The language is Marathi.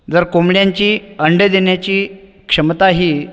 जर कोंबड्यांची अंडे देण्याची क्षमता ही